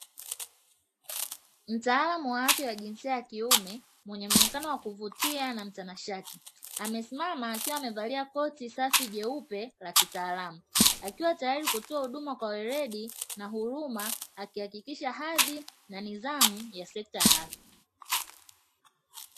Mtaalamu wa afya wa jinsia ya kiume mwenye muonekano wa kuvutia na mtanashati amesimama akiwa amevalia koti safi jeupe la kitaalamu. Akiwa tayari kutoa huduma kwa weledi na huruma, akihakikisha hadhi na nidhamu ya sekta ya afya.